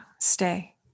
stay